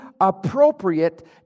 appropriate